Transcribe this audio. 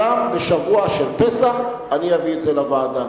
גם בשבוע של פסח, אני אביא את זה לוועדה.